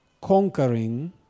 conquering